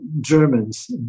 Germans